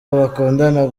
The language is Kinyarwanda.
bakundana